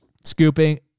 scooping